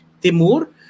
Timur